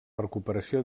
recuperació